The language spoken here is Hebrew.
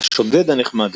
השודד הנחמד